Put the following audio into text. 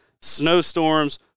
snowstorms